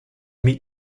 meet